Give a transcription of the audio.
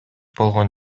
болгон